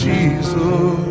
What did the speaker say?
Jesus